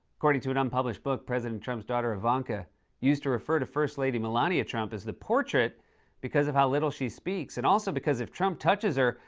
according to an unpublished book, president trump's daughter ivanka used to refer to first lady melania trump as the portrait because of how little she speaks. and also because if trump touches her,